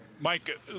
Mike